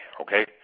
okay